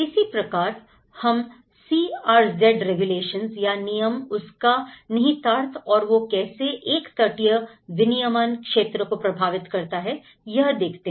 इसी प्रकार हम सी आर जेड रेगुलेशंस या नियम उसका निहितार्थ और वो कैसे एक तटीय विनियमन क्षेत्र को प्रभावित करता है यह देखते हैं